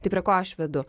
tai prie ko aš vedu